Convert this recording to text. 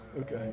Okay